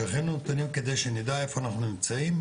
שיכינו נתונים כדי שנדע איפה שאנחנו נמצאים,